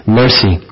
mercy